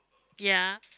ya